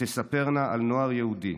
שתספרנה על נוער יהודי